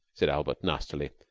said albert, nastily.